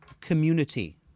community